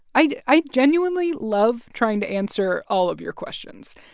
i genuinely love trying to answer all of your questions.